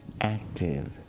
active